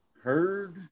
heard